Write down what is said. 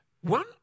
One